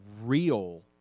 real